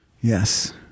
Yes